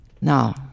Now